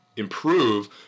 improve